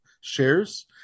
shares